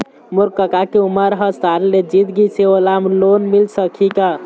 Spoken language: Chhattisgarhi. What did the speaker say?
मोर कका के उमर ह साठ ले जीत गिस हे, ओला लोन मिल सकही का?